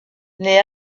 naît